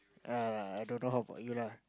yea yea I don't know how about you lah